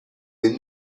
des